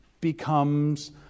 becomes